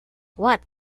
what